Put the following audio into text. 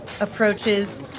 approaches